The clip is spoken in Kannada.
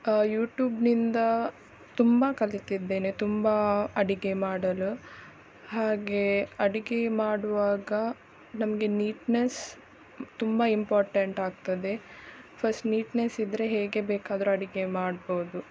ಯೂಟೂಬ್ನಿಂದ ತುಂಬ ಕಲಿತಿದ್ದೇನೆ ತುಂಬ ಅಡುಗೆ ಮಾಡಲು ಹಾಗೆಯೇ ಅಡುಗೆ ಮಾಡುವಾಗ ನಮಗೆ ನೀಟ್ನೆಸ್ ತುಂಬ ಇಂಪೋರ್ಟೆಂಟ್ ಆಗ್ತದೆ ಫಸ್ಟ್ ನೀಟ್ನೆಸ್ ಇದ್ದರೆ ಹೇಗೆ ಬೇಕಾದರೂ ಅಡುಗೆ ಮಾಡ್ಬೋದು